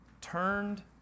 Turned